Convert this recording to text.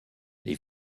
les